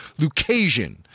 Lucasian